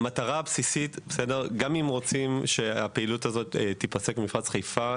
גם אם רוצים שהפעילות הזאת תיפסק במפרץ חיפה,